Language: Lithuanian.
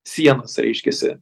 sienas reiškiasi